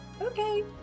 okay